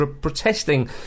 protesting